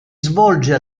svolge